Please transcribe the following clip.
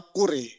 Kuri